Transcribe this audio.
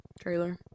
trailer